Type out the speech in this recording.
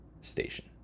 station